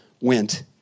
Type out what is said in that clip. went